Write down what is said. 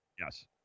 yes